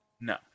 No